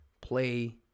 play